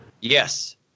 Yes